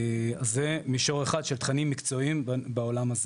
זה מישור אחד של תכנים מקצועיים בעולם הזה.